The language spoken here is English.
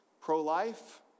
pro-life